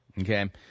Okay